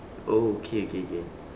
oh okay okay okay